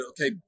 okay